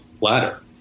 ladder